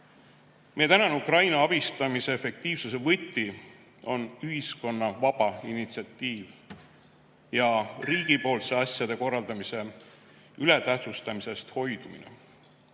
Meie tänane Ukraina abistamise efektiivsuse võti on ühiskonna vaba initsiatiiv ja riigipoolse asjade korraldamise ületähtsustamisest hoidumine.